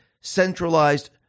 centralized